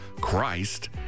Christ